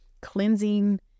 cleansing